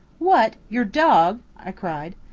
what! your dog? i cried.